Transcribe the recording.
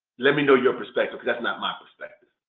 let me know your perspective because that's not my perspective.